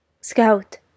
Scout